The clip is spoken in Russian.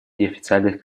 неофициальных